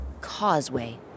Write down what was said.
Causeway